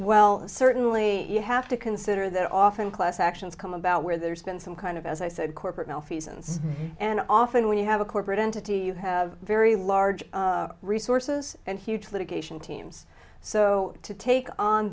well certainly you have to consider that often class actions come about where there's been some kind of as i said corporate malfeasance and often when you have a corporate entity you have very large resources and huge litigation teams so to take on